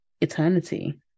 eternity